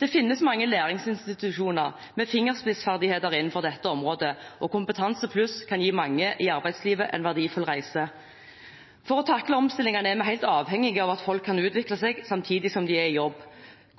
Det finnes en rekke læringsinstitusjoner med fingerspissferdigheter innenfor dette området, og Kompetansepluss kan gi mange i arbeidslivet en verdifull reise. For å takle omstillingene er vi helt avhengige av at folk kan utvikle seg samtidig som de er i jobb.